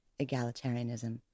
egalitarianism